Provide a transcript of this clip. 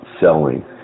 selling